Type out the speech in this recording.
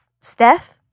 Steph